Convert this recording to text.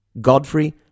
Godfrey